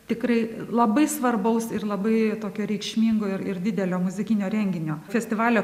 tikrai labai svarbaus ir labai tokio reikšmingo ir ir didelio muzikinio renginio festivalio